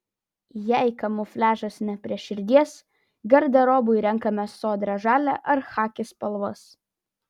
jei kamufliažas ne prie širdies garderobui renkamės sodrią žalią ar chaki spalvas